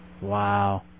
Wow